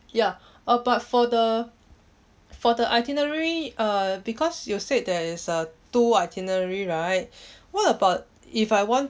ya uh but for the for the itinerary uh because you said there is a two itinerary right what about if I want